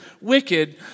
wicked